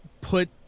put